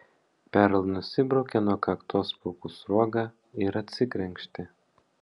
perl nusibraukė nuo kaktos plaukų sruogą ir atsikrenkštė